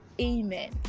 amen